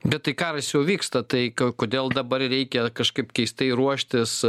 bet tai karas jau vyksta tai kodėl dabar reikia kažkaip keistai ruoštis